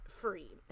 free